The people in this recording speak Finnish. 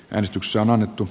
edistyksen etu